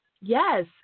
Yes